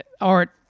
art